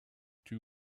two